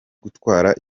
gutwara